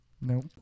Nope